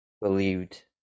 believed